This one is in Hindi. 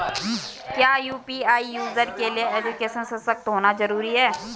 क्या यु.पी.आई यूज़र के लिए एजुकेशनल सशक्त होना जरूरी है?